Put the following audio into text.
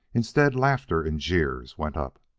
instead, laughter and jeers went up.